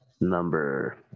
number